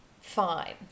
fine